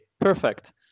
perfect